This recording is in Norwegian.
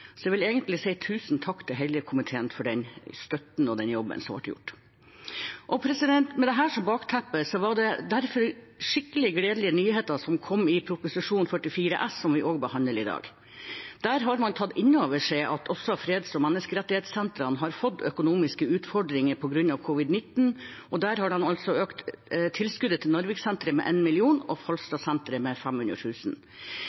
Så jeg vil si tusen takk til hele komiteen for støtten og den jobben som har blitt gjort. Med dette som bakteppe var det derfor skikkelig gledelige nyheter som kom i Prop. 44 S for 2020–2021, som vi også behandler i dag. Der har man tatt inn over seg at også freds- og menneskerettighetssentrene har fått økonomiske utfordringer på grunn av covid-19, og har økt tilskuddet til Narviksenteret med 1 mill. kr og